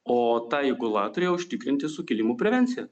o ta įgula turėjo užtikrinti sukilimų prevenciją